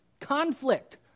conflict